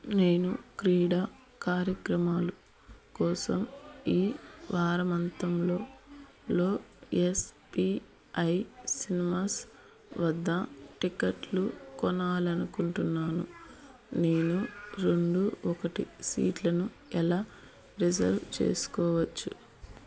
నేను క్రీడా కార్యక్రమాలు కోసం ఈ వారంతంలో ఎస్ పి ఐ సినిమాస్ వద్ద టిక్కెట్లు కొనాలనుకుంటున్నాను నేను రెండు ఒకటి సీట్లను ఎలా రిజర్వ్ చేసుకోవచ్చు